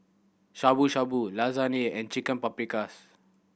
Shabu Shabu Lasagne and Chicken Paprikas